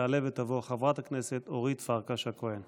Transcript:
תעלה ותבוא חברת הכנסת אורית פרקש הכהן,